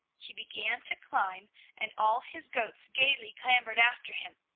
he began to climb and all his goats gayly clambered after him,